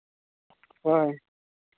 ᱦᱳᱭ